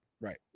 right